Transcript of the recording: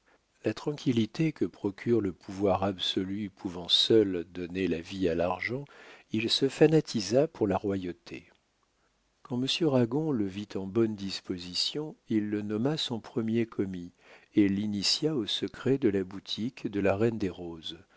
la tranquillité que procure le pouvoir absolu pouvant seule donner la vie à l'argent il se fanatisa pour la royauté quand monsieur ragon le vit en bonne disposition il le nomma son premier commis et l'initia au secret de la boutique de la reine des roses